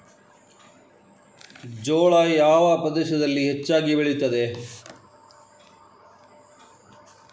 ಜೋಳ ಯಾವ ಪ್ರದೇಶಗಳಲ್ಲಿ ಹೆಚ್ಚಾಗಿ ಬೆಳೆಯುತ್ತದೆ?